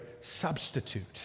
substitute